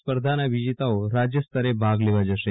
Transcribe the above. સ્પર્ધાના વિજેતાઓ રાજ્ય સ્તરે ભાગ લેવા જશે